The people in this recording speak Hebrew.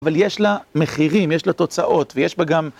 אבל יש לה מחירים, יש לה תוצאות, ויש בה גם...